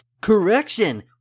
Correction